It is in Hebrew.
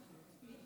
אדוני